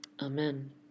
Amen